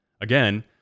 Again